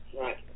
right